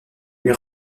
lui